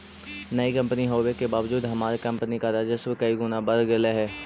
नई कंपनी होने के बावजूद हमार कंपनी का राजस्व कई गुना बढ़ गेलई हे